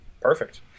Perfect